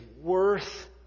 worth